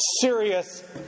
serious